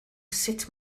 sut